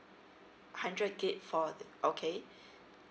hundred gig for okay